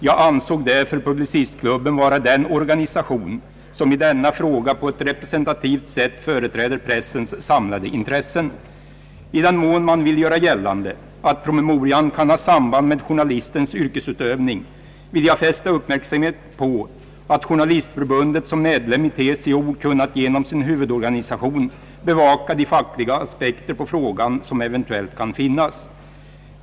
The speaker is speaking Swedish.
Jag ansåg därför Publicistklubben vara den organisation som i denna fråga på ett representativt sätt företräder pressens samlade intressen. I den mån man vill göra gällande att promemorian kan ha samband med journalistens yrkesutövning vill jag fästa uppmärksamhet på att journalistförbundet som medlem i TCO kunnat genom sin huvudorganisation bevaka de fackliga aspekter på frågan, som eventuellt kan finnas.